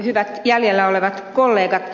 hyvät jäljellä olevat kollegat